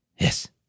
Yes